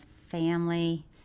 family